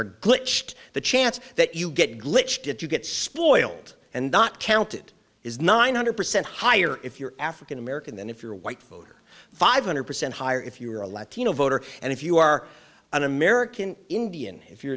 are glitched the chance that you get glitch did you get spoiled and not counted is nine hundred percent higher if you're african american than if you're a white voter five hundred percent higher if you're a latino voter and if you are an american indian if you're